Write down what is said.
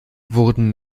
wurden